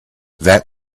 that